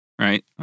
right